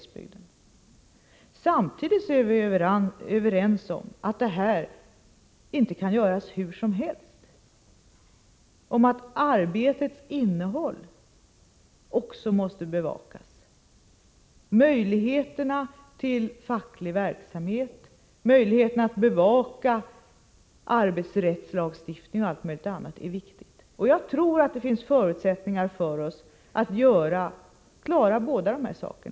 Samtidigt är vi överens om att detta inte kan göras hur som helst och om att arbetets innehåll också måste bevakas. Möjligheterna till facklig verksamhet, möjligheten att bevaka att arbetsrättslagstiftningen efterlevs och allt möjligt annat är viktigt. Jag tror att det finns förutsättningar för oss att klara båda dessa uppgifter.